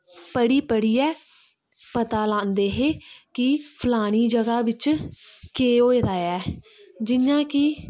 पढ़ी पढ़ियै पता लांदे हे कि फलानी जगह् बिच्च केह् होए दा ऐ जियां कि